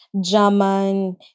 German